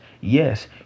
Yes